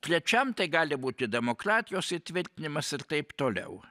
trečiam tai gali būti demokratijos įtvirtinimas ir taip toliau